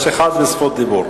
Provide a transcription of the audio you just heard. יש אחד ברשות דיבור.